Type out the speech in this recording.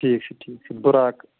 ٹھیٖک چھُ ٹھیٖک چھُ بُراک